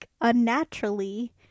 unnaturally